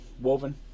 Woven